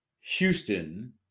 houston